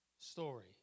story